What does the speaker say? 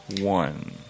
one